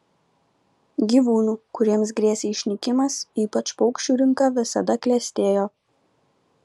gyvūnų kuriems grėsė išnykimas ypač paukščių rinka visada klestėjo